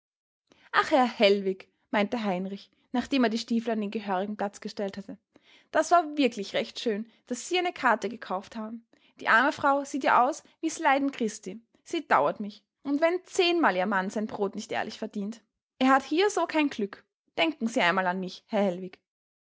ach herr hellwig meinte heinrich nachdem er die stiefel an den gehörigen platz gestellt hatte das war wirklich recht schön daß sie eine karte gekauft haben die arme frau sieht ja aus wie s leiden christi sie dauert mich und wenn zehnmal ihr mann sein brot nicht ehrlich verdient er hat hier so kein glück denken sie einmal an mich herr hellwig